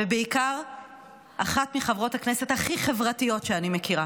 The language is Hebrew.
ובעיקר אחת מחברות הכנסת הכי חברתיות שאני מכירה.